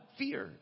fear